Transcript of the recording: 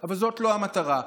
אבל זאת לא המטרה.